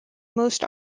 most